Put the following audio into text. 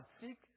seek